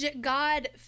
God